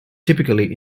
typically